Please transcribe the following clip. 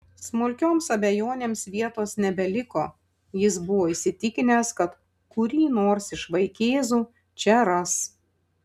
smulkioms abejonėms vietos nebeliko jis buvo įsitikinęs kad kurį nors iš vaikėzų čia ras